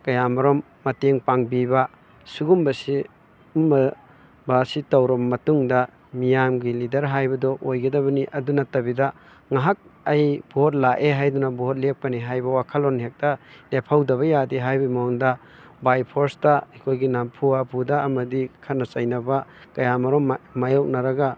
ꯀꯌꯥꯃꯔꯨꯝ ꯃꯇꯦꯡ ꯄꯥꯡꯕꯤꯕ ꯁꯤꯒꯨꯝꯕꯁꯤ ꯕꯁꯤ ꯇꯧꯔꯕ ꯃꯇꯨꯡꯗ ꯃꯤꯌꯥꯝꯒꯤ ꯂꯤꯗꯔ ꯍꯥꯏꯕꯗꯣ ꯑꯣꯏꯒꯗꯕꯅꯤ ꯑꯗꯨ ꯅꯠꯇꯕꯤꯗ ꯉꯥꯏꯍꯥꯛ ꯑꯩ ꯕꯣꯠ ꯂꯥꯛꯑꯦ ꯍꯥꯏꯗꯨꯅ ꯕꯣꯠ ꯂꯩꯞꯀꯅꯤ ꯍꯥꯏꯕ ꯋꯥꯈꯜꯂꯣꯟ ꯍꯦꯛꯇ ꯂꯦꯞꯍꯧꯗꯕ ꯌꯥꯗꯦ ꯍꯥꯏꯕꯒꯤ ꯃꯑꯣꯡꯗ ꯕꯥꯏ ꯐꯣꯔꯁꯇ ꯑꯩꯈꯣꯏꯒꯤ ꯅꯝꯐꯨ ꯍꯥꯐꯨꯗ ꯑꯃꯗꯤ ꯈꯠꯅ ꯆꯩꯅꯕ ꯀꯌꯥꯃꯔꯨꯝ ꯃꯥꯏꯌꯣꯛꯅꯔꯒ